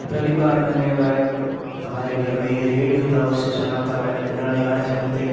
पहली बार मैंने गायक हमारे घर में एक रेडियो था उससे सुना था मैंने पुराने गाने सुने थे